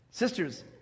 Sisters